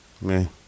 Man